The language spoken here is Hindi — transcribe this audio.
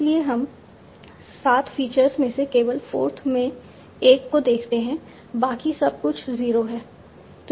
इसलिए हम 7 फीचर्स में से केवल 4th में एक को देखते हैं बाकी सब कुछ 0 है